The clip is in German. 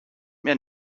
mehr